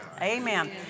Amen